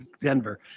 Denver